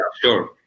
sure